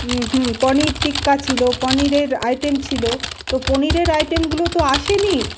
হুম হুম পনির টিক্কা ছিল পনিরের আইটেম ছিল তো পনিরের আইটেমগুলো তো আসেনি